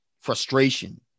frustration